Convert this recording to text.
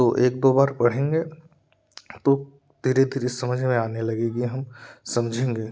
तो एक दो बार पढेंगे तो धीरे धीरे समझ में आने लगेगी हम समझेंगे